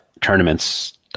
tournaments